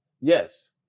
Yes